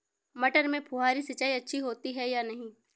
मटर में फुहरी सिंचाई अच्छी होती है या नहीं?